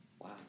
Wow